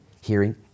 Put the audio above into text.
hearing